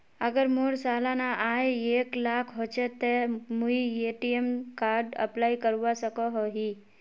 अगर मोर सालाना आय एक लाख होचे ते मुई ए.टी.एम कार्ड अप्लाई करवा सकोहो ही?